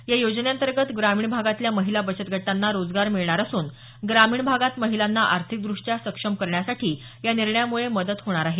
या योजनेअंतर्गत ग्रामीण भागातल्या महिला बचत गटांना रोजगार मिळणार असून ग्रामीण भागात महिलांना आर्थिकदृष्ट्या सक्षम करण्यासाठी या निर्णयामुळे मदत होणार आहे